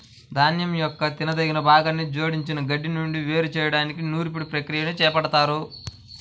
ధాన్యం యొక్క తినదగిన భాగాన్ని జోడించిన గడ్డి నుండి వేరు చేయడానికి నూర్పిడి ప్రక్రియని చేపడతారు